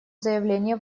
заявление